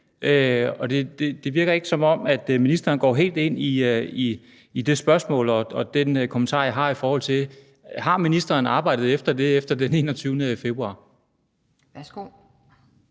det virker ikke, som om ministeren går helt ind i det spørgsmål og den kommentar, jeg har, i forhold til om ministeren har arbejdet efter det siden 21. februar.